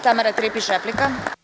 Tamara Tripić, replika.